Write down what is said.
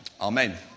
Amen